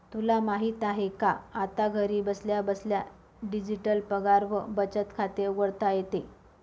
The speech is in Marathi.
तुला माहित आहे का? आता घरी बसल्या बसल्या डिजिटल पगार व बचत खाते उघडता येते